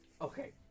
Okay